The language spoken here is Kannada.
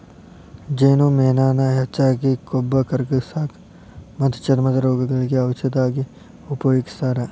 ಜೇನುಮೇಣಾನ ಹೆಚ್ಚಾಗಿ ಕೊಬ್ಬ ಕರಗಸಾಕ ಮತ್ತ ಚರ್ಮದ ರೋಗಗಳಿಗೆ ಔಷದ ಆಗಿ ಉಪಯೋಗಸ್ತಾರ